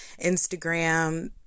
Instagram